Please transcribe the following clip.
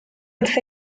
wrth